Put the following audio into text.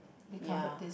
ya